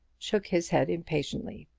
shook his head impatiently,